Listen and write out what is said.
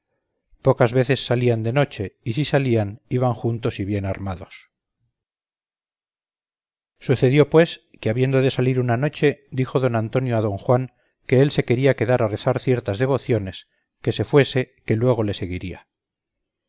pocas veces salian de noche y si salian iban juntos y bien armados sucedió pues que habiendo de salir una noche dijo don antonio á don juan que el se queria quedar á rezar ciertas devociones que se fuese que luego le seguiria